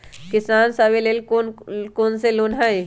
किसान सवे लेल कौन कौन से लोने हई?